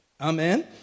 Amen